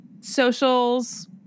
Socials